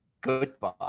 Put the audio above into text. goodbye